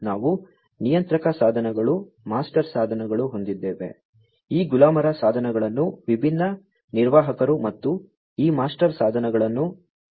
ನಾವು ನಿಯಂತ್ರಕ ಸಾಧನಗಳು ಮಾಸ್ಟರ್ ಸಾಧನಗಳನ್ನು ಹೊಂದಿದ್ದೇವೆ ಈ ಗುಲಾಮರ ಸಾಧನಗಳನ್ನು ವಿಭಿನ್ನ ನಿರ್ವಾಹಕರು ಮತ್ತು ಈ ಮಾಸ್ಟರ್ ಸಾಧನಗಳನ್ನು ನಿಯಂತ್ರಕಗಳು ನಿರ್ವಹಿಸುತ್ತವೆ